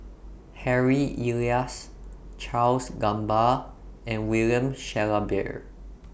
Harry Elias Charles Gamba and William Shellabear